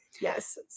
Yes